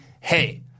hey